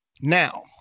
Now